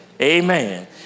Amen